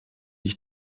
ich